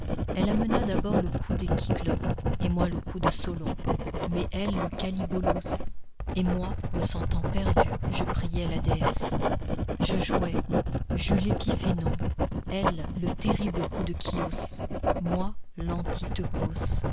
elle amena d'abord le coup des kyklôpes et moi le coup de solôn mais elle le kallibolos et moi me sentant perdue je priais la déesse je jouai j'eus l'epiphénôn elle le terrible coup de khios moi